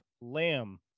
lamb